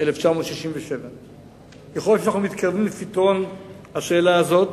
1967. ככל שאנו מתקרבים לפתרון השאלה הזו,